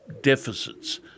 deficits